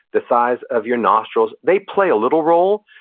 the size of your nostrils, they play a little role,